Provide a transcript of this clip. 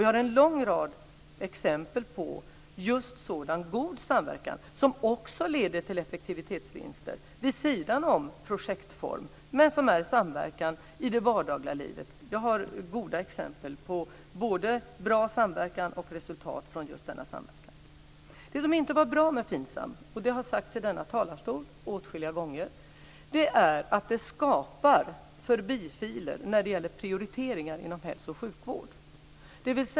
Vi har en lång rad exempel på just sådan god samverkan som också leder till effektivitetsvinster - vid sidan av projektform - men som är samverkan i det vardagliga livet. Jag har goda exempel på både bra samverkan och resultat från denna samverkan. Det som inte är bra med FINSAM, och det har sagts i denna talarstol åtskilliga gånger, är att det skapar förbifiler när det gäller prioriteringar inom hälso och sjukvård.